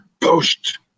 post